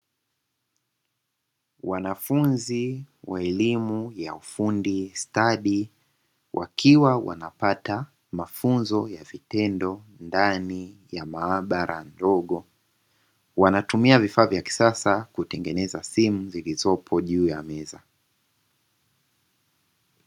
Wanafunzi wa elimu ya ufundi stadi wakiwa wanapata mafunzo ya vitendo ndani ya maabara ndogo, wanatumia vifaa vya kisasa kutengeneza simu zilizopo juu ya meza.